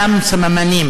אותם סממנים